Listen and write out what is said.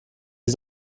die